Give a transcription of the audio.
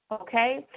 Okay